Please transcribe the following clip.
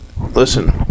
Listen